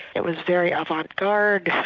it was very avant-garde